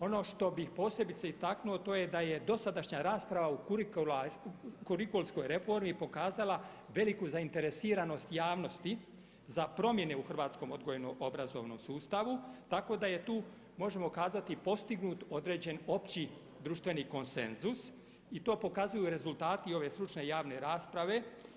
Ono što bih posebice istaknuo to je da je dosadašnja rasprava u kurikulskoj reformi pokazala veliku zainteresiranost javnosti za promjene u hrvatskom odgojno-obrazovnom sustavu tako da je tu, možemo kazati postignut određen opći društveni konsenzus i to pokazuju rezultati ove stručne javne rasprave.